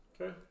Okay